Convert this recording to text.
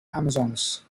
amazons